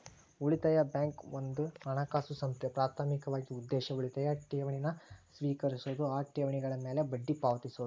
ಉಳಿತಾಯ ಬ್ಯಾಂಕ್ ಒಂದ ಹಣಕಾಸು ಸಂಸ್ಥೆ ಪ್ರಾಥಮಿಕ ಉದ್ದೇಶ ಉಳಿತಾಯ ಠೇವಣಿನ ಸ್ವೇಕರಿಸೋದು ಆ ಠೇವಣಿಗಳ ಮ್ಯಾಲೆ ಬಡ್ಡಿ ಪಾವತಿಸೋದು